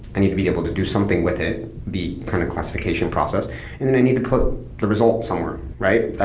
i need to be able to do something with it, the kind of classification process and then i need to put the results somewhere, right? i